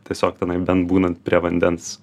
tiesiog tenai bent būnant prie vandens